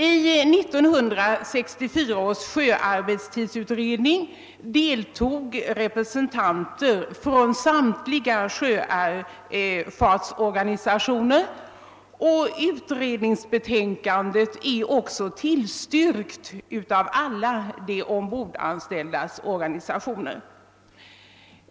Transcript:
I 1964 års sjöarbetstidsutredning deltog representanter för samtliga sjöfartsorganisationer, och utredningsbetänkandet har också tillstyrkts av alla de ombordanställdas organisationer.